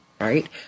right